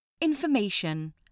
Information